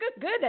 good